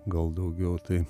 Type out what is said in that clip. gal daugiau tai